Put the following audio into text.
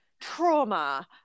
trauma